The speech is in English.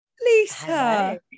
Lisa